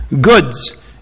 goods